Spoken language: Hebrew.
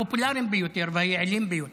הצרכניים הפופולריים ביותר והיעילים ביותר.